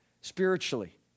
spiritually